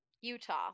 Utah